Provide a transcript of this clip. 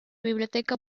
biblioteca